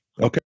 Okay